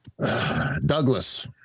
Douglas